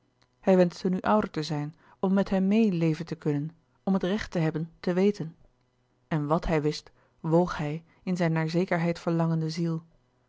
hij wenschte nu ouder te zijn om met hen meê leven te kunnen om het recht te hebben te weten en wàt hij wist woog hij in zijn naar zekerheid verlangende ziel